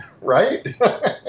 right